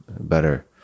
better